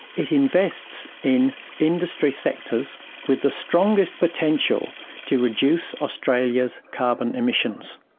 it invests in industry sectors with the strongest potential to reduce australia's carbon emissions.